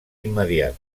immediat